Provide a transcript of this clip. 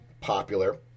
popular